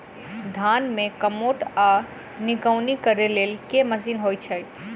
धान मे कमोट वा निकौनी करै लेल केँ मशीन होइ छै?